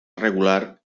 regular